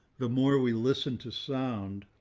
the more we listen to sound.